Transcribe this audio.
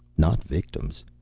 not victims.